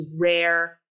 rare